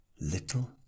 little